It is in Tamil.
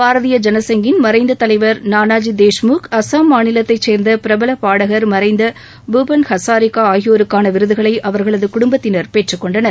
பாரதீய ஜனங்கின் மறைந்த தலைவர் நானாஜி தேஷ்முக் அஸ்ஸாம் மாநிலத்தைச் சேர்ந்த பிரபல பாடகள் மறைந்த பூபன் ஹசாரிகா ஆகியோருக்கான விருதுகளை அவர்களது குடும்பத்திளர் பெற்றுக் கொண்டனர்